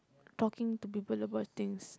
talking to people about things